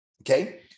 okay